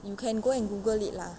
you can go and google it lah